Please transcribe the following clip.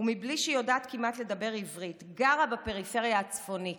ומבלי שיודעת כמעט לדבר עברית גרה בפריפריה הצפונית.